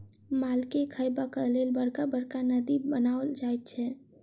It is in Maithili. मालके खयबाक लेल बड़का बड़का नादि बनाओल जाइत छै